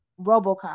robocop